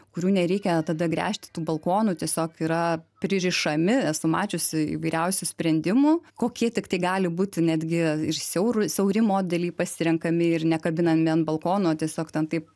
kurių nereikia tada gręžti tų balkonų tiesiog yra pririšami esu mačiusi įvairiausių sprendimų kokie tiktai gali būti netgi ir siaurų siauri modeliai pasirenkami ir nekabinami ant balkonų o tiesiog ten taip